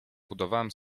budowałem